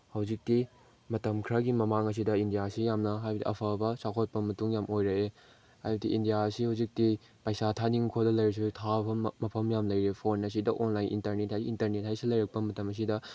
ꯍꯧꯖꯤꯛꯇꯤ ꯃꯇꯝ ꯈꯔꯒꯤ ꯃꯃꯥꯡ ꯑꯁꯤꯗ ꯏꯟꯗꯤꯌꯥꯁꯤ ꯌꯥꯝꯅ ꯍꯥꯏꯕꯗꯤ ꯑꯐꯕ ꯆꯥꯎꯈꯠꯄ ꯃꯇꯨꯡ ꯌꯥꯝ ꯑꯣꯏꯔꯛꯑꯦ ꯍꯥꯏꯕꯗꯤ ꯏꯟꯗꯤꯌꯥꯁꯤ ꯍꯧꯖꯤꯛꯇꯤ ꯄꯩꯁꯥ ꯊꯥꯅꯤꯡꯈꯣꯠꯂ ꯂꯩꯔꯁꯨ ꯊꯥꯕ ꯃꯐꯝ ꯌꯥꯝ ꯂꯩꯔꯦ ꯐꯣꯟ ꯑꯁꯤꯗ ꯑꯣꯟꯂꯥꯏꯟ ꯏꯟꯇꯔꯅꯦꯠ ꯍꯥꯏ ꯏꯟꯇꯔꯅꯦꯠ ꯍꯥꯏꯁꯤ ꯂꯩꯔꯛꯄ ꯃꯇꯝ ꯑꯁꯤꯗ